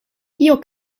kio